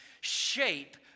shape